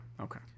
Okay